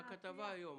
היתה כתבה היום.